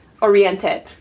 oriented